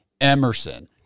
Emerson